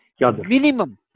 Minimum